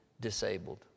disabled